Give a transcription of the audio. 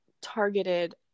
targeted